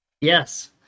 Yes